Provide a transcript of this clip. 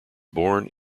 born